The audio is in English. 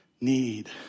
need